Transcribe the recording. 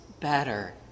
better